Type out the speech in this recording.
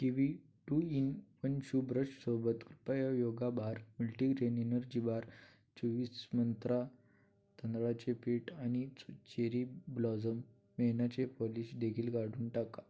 kiwi two in one shoe ब्रशसोबत कृपया Yoga Bar multigrain energy bar चोवीस मंत्रा तांदळाचे पीठ आणि च चेरी ब्लॉझम मेणाचे पॉलिश देखील काढून टाका